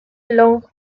long